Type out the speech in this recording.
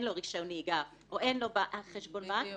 לו רישיון נהיגה או אין לו חשבון בנק,